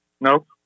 Nope